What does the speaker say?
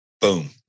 boom